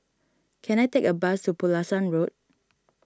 can I take a bus to Pulasan Road